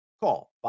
Call